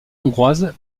hongroises